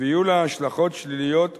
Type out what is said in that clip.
ויהיו לה השלכות שליליות אחרות,